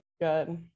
Good